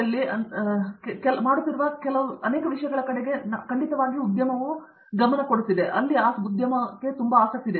ದೀಪಾ ವೆಂಕಟೇಶ್ ಹಾಗಾಗಿ ನಿಸ್ತಂತು ವ್ಯವಸ್ಥೆಯಲ್ಲಿ ನಾವು ಮಾಡುತ್ತಿರುವ ಅನೇಕ ವಿಷಯಗಳ ಕಡೆಗೆ ಖಂಡಿತವಾಗಿಯೂ ಉದ್ಯಮವು ನಿರೀಕ್ಷಿಸುತ್ತಿದೆ ನಾವು ಕೆಲವು ಮಾನದಂಡಗಳಂತೆ ವಿಕಸನಗೊಳ್ಳುತ್ತೇವೆ